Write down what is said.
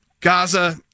gaza